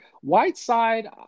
Whiteside